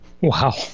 wow